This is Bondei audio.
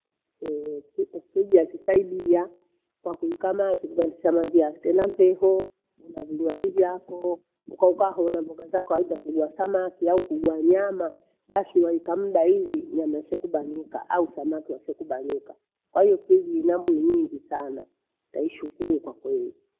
Ehee, fi- friji yatusaidia kwakuika mathi, kugandisha maji yatena mtheho. Unavinywaji vyako ukauka hoo na mboga zako aitha kuji wa wathamaki au kuji wa nyama. Basi waika muda ili uwendaso kubanika au samaki wasio kubanika. Kwahiyo friji inambwe nyingi sana, taishukuyu kwakweli.